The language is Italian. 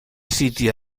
siti